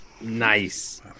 Nice